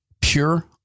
pure